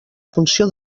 funció